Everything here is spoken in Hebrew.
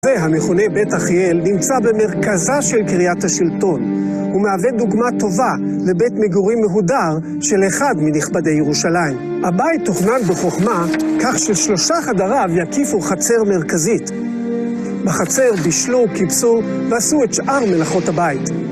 המכונה בית אחיאל נמצא במרכזה של קריית השלטון. הוא מהווה דוגמה טובה לבית מגורים מהודר של אחד מנכבדי ירושלים. הבית תוכנן בחוכמה, כך ששלושה חדריו יקיפו חצר מרכזית. בחצר בישלו, כיבסו, ועשו את שאר מלאכות הבית.